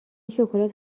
شکلات